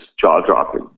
jaw-dropping